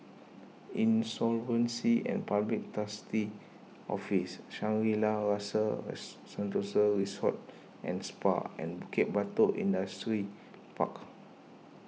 Insolvency and Public Trustee's Office Shangri La's Rasa Sentosa Resort and Spa and Bukit Batok Industrial Park